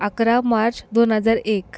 अकरा मार्च दोन हजार एक